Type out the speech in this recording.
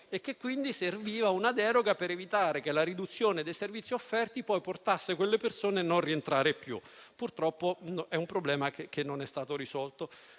e che, quindi, serviva una deroga per evitare che la riduzione dei servizi offerti portasse quelle persone a non rientrare più. Purtroppo è un problema che non è stato risolto.